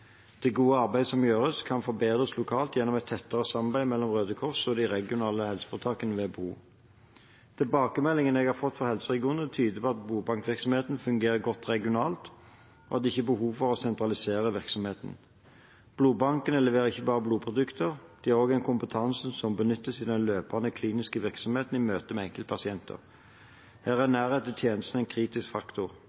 Det gode arbeidet som gjøres, kan forbedres lokalt gjennom et tettere samarbeid mellom Røde Kors og de regionale helseforetakene ved behov. Tilbakemeldingene jeg har fått fra helseregionene, tyder på at blodbankvirksomheten fungerer godt regionalt, og at det ikke er behov for å sentralisere virksomheten. Blodbankene leverer ikke bare blodprodukter, de har også en kompetanse som benyttes i den løpende kliniske virksomheten i møte med enkeltpasienter. Her er